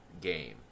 game